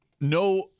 no